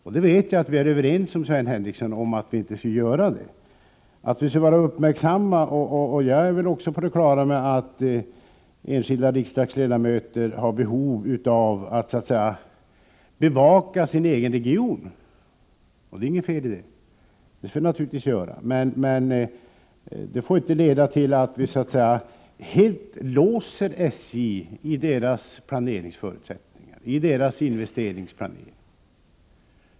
Jag vet, Sven Henricsson, att vi är överens om att inte göra detta, och jag är på det klara med att enskilda riksdagsledamöter har behov av att så att säga bevaka sin egen region. Det är inget fel i det. Det skall riksdagsledamöterna göra. Men detta får inte leda till att man helt låser SJ i SJ:s investeringsplanering.